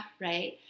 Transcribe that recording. right